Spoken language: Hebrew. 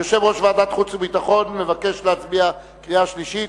יושב-ראש ועדת החוץ והביטחון מבקש להצביע בקריאה שלישית.